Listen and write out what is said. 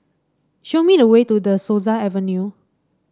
show me the way to De Souza Avenue